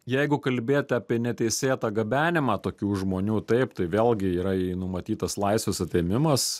jeigu kalbėt apie neteisėtą gabenimą tokių žmonių taip tai vėlgi yra numatytas laisvės atėmimas